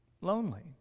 Lonely